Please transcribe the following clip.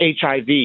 HIV